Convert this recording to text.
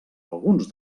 alguns